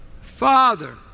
Father